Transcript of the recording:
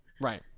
right